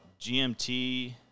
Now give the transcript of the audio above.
GMT